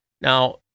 Now